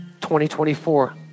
2024